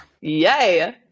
yay